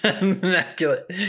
Immaculate